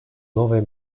новое